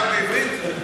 רק בעברית?